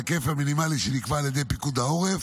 בהיקף המינימלי שנקבע על ידי פיקוד העורף,